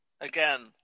Again